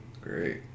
great